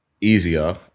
easier